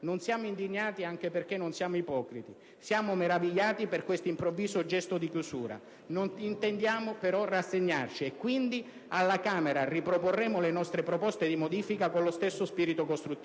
Non siamo indignati anche perché non siamo ipocriti; siamo meravigliati per questo improvviso gesto di chiusura. Non intendiamo però rassegnarci e quindi alla Camera riproporremo le nostre proposte di modifica con lo stesso spirito costruttivo.